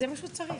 זה מה שהוא צריך.